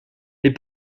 les